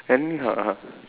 then (uh huh) (uh huh)